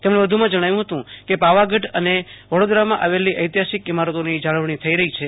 તેમણે વધુમાં જણાવ્યુ હતું કે પાવાગઢ અને વડોદરમાં આવેલી ઐતિક્ષિક ઈમારતોની જાળવણી થઈ રહી છે